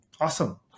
Awesome